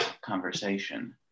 conversation